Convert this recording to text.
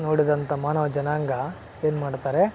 ನೋಡಿದಂತ ಮಾನವ ಜನಾಂಗ ಏನು ಮಾಡ್ತಾರೆ